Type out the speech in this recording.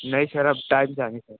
नहीं सर अब टाइम से आएँगे सर